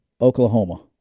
Oklahoma